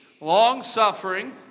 long-suffering